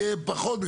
יהיה פחות.